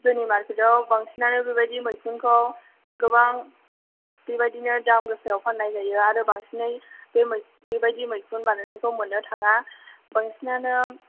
जोंनि मारकेट आव बांसिनानो बेबायदि मैखुनखौ गोबां बेबायदिनो दाम गोसायाव फाननाय जायो आरो बांसिनै बे मै बेबायदि मैखुन बानायनायखौ मोननो थाङा बांसिनानो